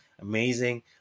Amazing